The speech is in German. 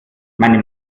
meine